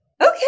okay